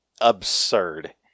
absurd